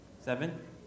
seven